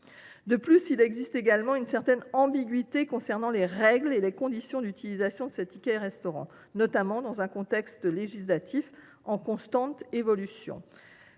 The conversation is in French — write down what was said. De plus, il existe une certaine ambiguïté concernant les règles et les conditions d’utilisation des tickets restaurant, notamment dans un contexte législatif en constante évolution.